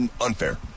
unfair